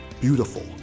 beautiful